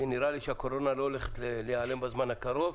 כי נראה לי שהקורונה לא הולכת להיעלם בזמן הקרוב.